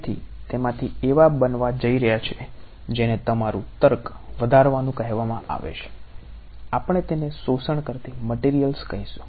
તેથી તેમાંથી એવા બનવા જઈ રહ્યા છે જેને તમારું તર્ક વધારવાનું કહેવામાં આવે છે આપણે તેને શોષણ કરતી મટીરીયલ્સ કહીશું